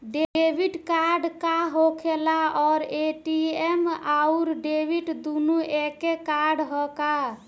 Debit card का होखेला और ए.टी.एम आउर डेबिट दुनों एके कार्डवा ह का?